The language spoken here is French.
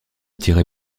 tirée